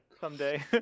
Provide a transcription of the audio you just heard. Someday